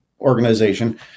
organization